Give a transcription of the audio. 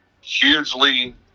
hugely